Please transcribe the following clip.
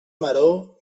maror